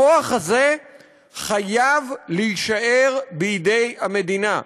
הכוח הזה חייב להישאר בידי המדינה.